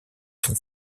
sont